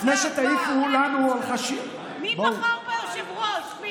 לפני שתגידו לנו, מי בחר ביושב-ראש?